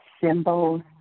symbols